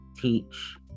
teach